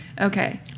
Okay